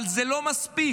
אבל זה לא מספיק